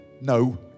No